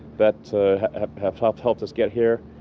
that have have helped helped us get here.